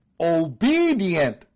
obedient